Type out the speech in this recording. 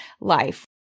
life